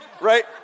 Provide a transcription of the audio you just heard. Right